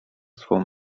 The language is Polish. swą